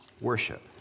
worship